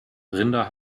rinder